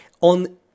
on